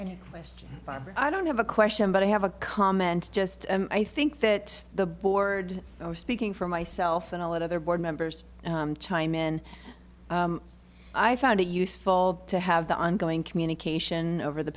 just i don't have a question but i have a comment just i think that the board i was speaking for myself and all that other board members chime in i found it useful to have the ongoing communication over the